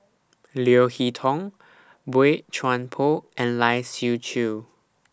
Leo Hee Tong Boey Chuan Poh and Lai Siu Chiu